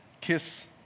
kiss